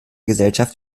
gesellschaft